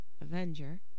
Avenger